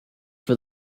for